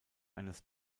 eines